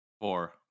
Four